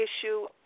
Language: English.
issue